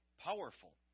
powerful